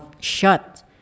shut